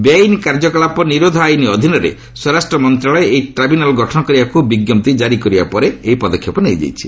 ବେଆଇନ କାର୍ଯ୍ୟକଳାପ ନିରୋଧ ଆଇନ ଅଧୀନରେ ସ୍ୱରାଷ୍ଟ୍ର ମନ୍ତ୍ରଣାଳୟ ଏହି ଟ୍ରାଇବୁନାଲ୍ ଗଠନ କରିବାକୁ ବିଜ୍ଞପ୍ତି କାରି କରିବା ପରେ ଏହି ପଦକ୍ଷେପ ନିଆଯାଇଛି